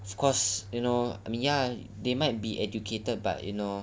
of course you know me ya they might be educated but you know